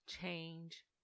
change